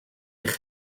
eich